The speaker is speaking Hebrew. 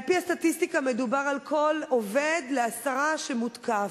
על-פי הסטטיסטיקה מדובר על עובד לעשרה שמותקף.